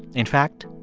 in fact,